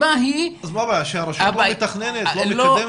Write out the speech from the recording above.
אז מה הבעיה, שהרשות לא מתכננת, לא מקדמת?